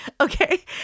Okay